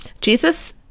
Jesus